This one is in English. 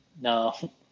No